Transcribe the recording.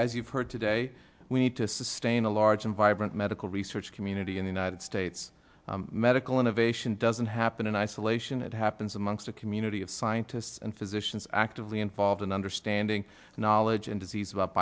as you've heard today we need to sustain a large and vibrant medical research community in the united states medical innovation doesn't happen in isolation it happens amongst a community of scientists and physicians actively involved in understanding knowledge and disease about